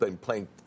playing